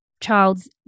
child's